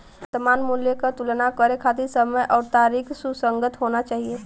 वर्तमान मूल्य क तुलना करे खातिर समय आउर तारीख सुसंगत होना चाही